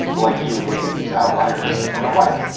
like you, look at these outliers, or my wife,